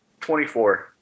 24